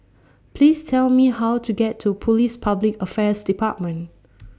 Please Tell Me How to get to Police Public Affairs department